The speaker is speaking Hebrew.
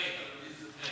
ספריי, להתיז ספריי.